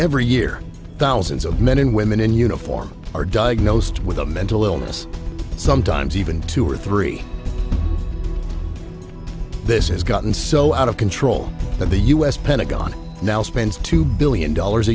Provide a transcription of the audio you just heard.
every year thousands of men and women in uniform are diagnosed with a mental illness sometimes even two or three this has gotten so out of control that the u s pentagon now spends two billion dollars